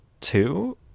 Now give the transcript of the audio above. two